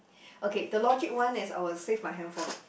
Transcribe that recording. okay the logic one is I will save my hand phone